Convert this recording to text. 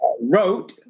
wrote